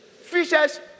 Fishers